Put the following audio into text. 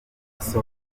ijambo